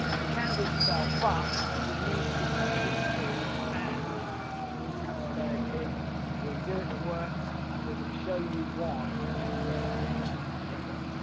you can do it yourself, but you need to be confident with tools, and you need to have a spare key before you do it that works. and, we're gonna show you why you need a spare key in a bit.